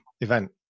event